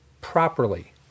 properly